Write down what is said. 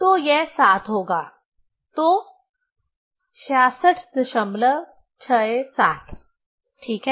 तो यह 7 होगा तो 6667 ठीक है